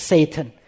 Satan